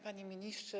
Panie Ministrze!